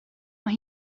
mae